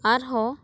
ᱟᱨ ᱦᱚᱸ